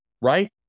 right